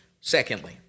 Secondly